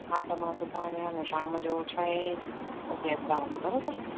हा त मां सुभाणे आहे न शाम जो छहें बजे अचांव थी बराबरि